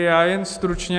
Já jen stručně.